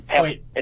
wait